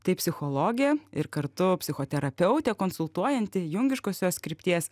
tai psichologė ir kartu psichoterapeutė konsultuojanti jungiškosios krypties